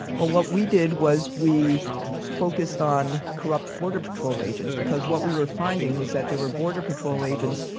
well, what we did was we focused on corrupt border patrol agents, because what we were finding was that there were border patrol agents,